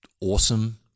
awesome